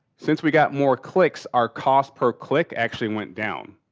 since we got more clicks our cost per click actually went down.